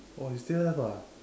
oh you still have ah